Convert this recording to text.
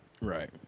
Right